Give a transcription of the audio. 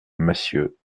massieux